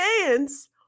hands